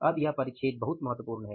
अब यह परिच्छेद बहुत महत्वपूर्ण है